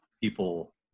people